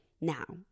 Now